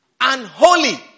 Unholy